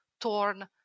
torn